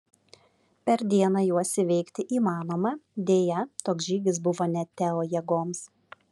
per dieną juos įveikti įmanoma deja toks žygis buvo ne teo jėgoms